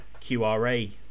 QRA